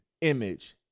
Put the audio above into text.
image